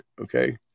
okay